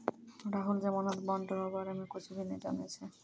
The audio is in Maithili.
राहुल जमानत बॉन्ड रो बारे मे कुच्छ भी नै जानै छै